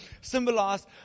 symbolized